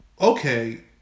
okay